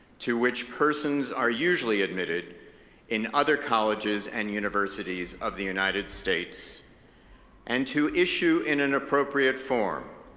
to which persons are usually admitted in other colleges and universities of the united states and to issue, in an appropriate form,